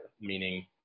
Meaning